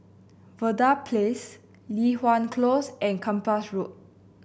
Verde Place Li Hwan Close and Kempas Road